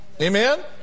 Amen